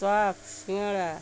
chop সিঙ্গারা